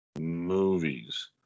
Movies